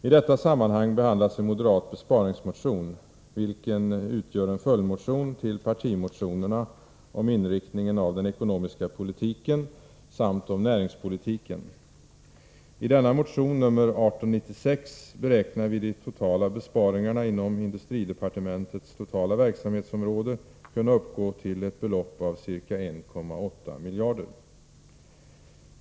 I detta sammanhang behandlas en moderat besparingsmotion, vilken utgör en följdmotion till partimotionerna om inriktningen av den ekonomiska politiken samt om näringspolitiken. I denna motion, nr 1896, beräknar vi de totala besparingarna inom industridepartementets totala verksamhetsområde kunna uppgå till ett belopp av ca 1,8 miljarder.